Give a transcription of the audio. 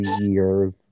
years